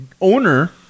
owner